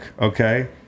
okay